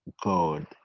God